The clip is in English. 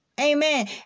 Amen